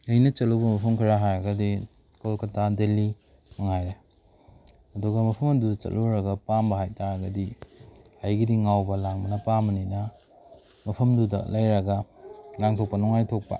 ꯑꯩꯅ ꯆꯠꯂꯨꯕ ꯃꯐꯝ ꯈꯔ ꯍꯥꯏꯔꯒꯗꯤ ꯀꯣꯜꯀꯇꯥ ꯗꯦꯜꯂꯤ ꯃꯉꯥꯏꯔꯦ ꯑꯗꯨꯒ ꯃꯐꯝ ꯑꯗꯨꯗ ꯆꯠꯂꯨꯔꯒ ꯄꯥꯝꯕ ꯍꯥꯏꯇꯥꯔꯒꯗꯤ ꯑꯩꯒꯤꯗꯤ ꯉꯥꯎꯕ ꯂꯥꯡꯕꯅ ꯄꯥꯝꯕꯅꯤꯅ ꯃꯐꯝꯗꯨꯗ ꯂꯩꯔꯒ ꯂꯥꯡꯊꯣꯛꯄ ꯅꯨꯡꯉꯥꯏꯊꯣꯛꯄ